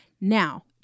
Now